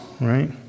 right